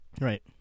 Right